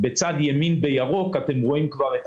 בצד ימין בירוק אתם רואים כבר את